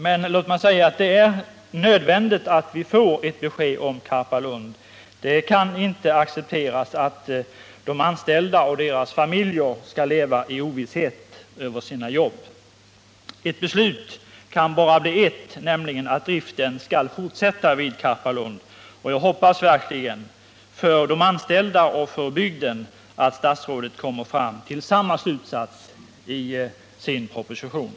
Men det är nödvändigt att vi får ett besked om Karpalund. Det kan inte accepteras att de anställda och deras familjer skall leva i ovisshet om sina jobb. Beslutet kan bara bli ett, nämligen att driften skall fortsätta vid Karpalund, och jag hoppas verkligen för de anställdas och för bygdens skull att statsrådet kommer fram till samma slutsats i sin proposition.